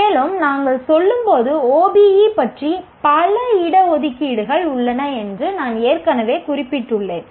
மேலும் நாங்கள் செல்லும்போது OBE பற்றி பல இட ஒதுக்கீடுகள் உள்ளன என்று நான் ஏற்கனவே குறிப்பிட்டுள்ளேன்